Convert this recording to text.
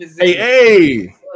Hey